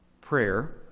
prayer